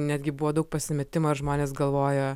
netgi buvo daug pasimetimo ir žmonės galvojo